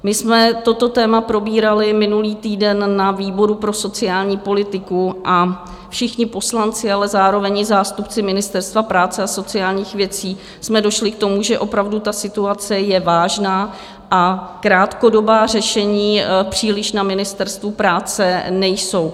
My jsme toto téma probírali minulý týden na výboru pro sociálních politiku a všichni poslanci, ale zároveň i zástupci Ministerstva práce a sociálních věcí, jsme došli k tomu, že opravdu situace je vážná a krátkodobá řešení příliš na Ministerstvu práce nejsou.